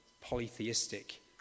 polytheistic